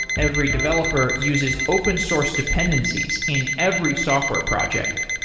every developer uses open source dependencies in every software project.